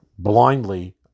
blindly